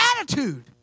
attitude